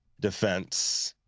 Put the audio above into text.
defense